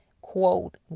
Quote